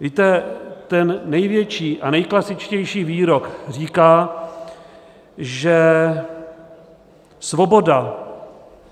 Víte, ten největší a nejklasičtější výrok říká, že svoboda